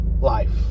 life